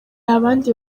abandi